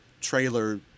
trailer